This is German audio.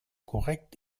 korrekt